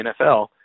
NFL